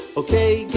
ok, get